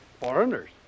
Foreigners